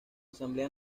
asamblea